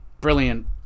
brilliant